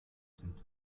sind